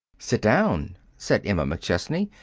sit down, said emma mcchesney,